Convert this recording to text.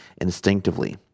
instinctively